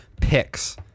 picks